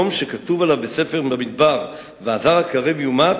מקום שכתוב עליו בספר במדבר "והזר הקרב יומת"